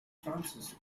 francis